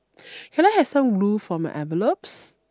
can I have some glue for my envelopes